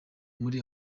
muri